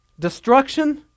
destruction